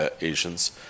Asians